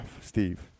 Steve